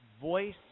voice